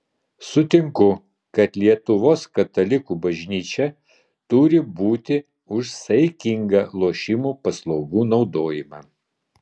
sutinku kad lietuvos katalikų bažnyčia turi būti už saikingą lošimų paslaugų naudojimą